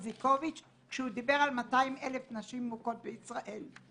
איזיקוביץ' שהוא דיבר על 200,000 נשים מוכות בישראל.